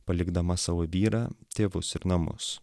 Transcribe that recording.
palikdama savo vyrą tėvus ir namus